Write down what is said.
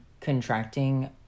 contracting